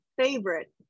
favorite